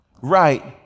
right